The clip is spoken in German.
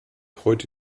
heute